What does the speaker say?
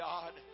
God